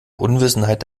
unwissenheit